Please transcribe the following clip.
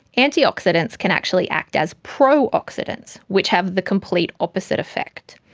antioxidants can actually act as pro-oxidants, which have the complete opposite effect!